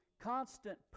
constant